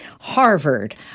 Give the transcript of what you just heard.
Harvard